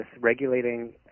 regulating